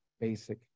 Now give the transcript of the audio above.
basic